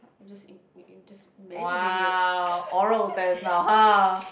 I'm just im~ im~ imagining it